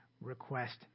request